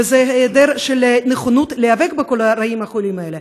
וזה היעדר נכונות להיאבק בכל הרעות החולות האלה,